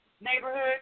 neighborhood